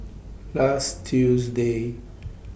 last Tuesday